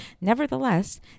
Nevertheless